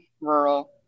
rural